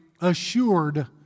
assured